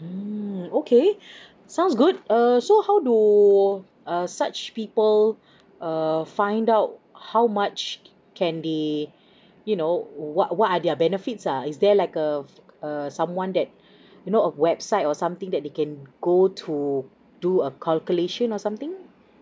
mm okay sounds good err so how do err such people err find out how much can they you know what what are their benefits are is there like a a someone that you know a website or something that they can go to do a calculation or something